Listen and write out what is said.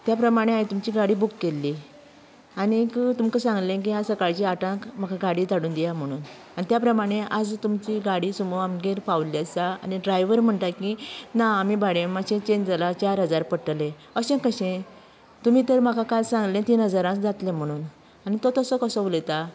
त्या प्रमाणे हांवे तुमची गाडी बूक केल्ली आनीक तुमकां सांगल्ले आयज की सकाळचीं आठांक म्हाका गाडी धाडून दियांत म्हणून त्या प्रमाणे आयज तुमची गाडी सुमो आमगेर पावल्ली आसा आनी ड्रायव्हर म्हणटा की आमी भाडें मातशें चेंन्ज जालां चार हजार पडटले अशें कशें तुमी तर म्हाका काल सांगले तीन हजाराक जातलें म्हूण आनी तो तसो कसो उलयतलो